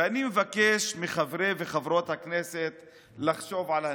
ואני מבקש מחברי וחברות הכנסת לחשוב על הנגב.